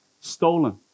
stolen